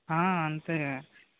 అంతే